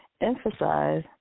emphasize